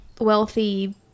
wealthy